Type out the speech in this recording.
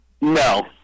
No